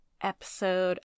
episode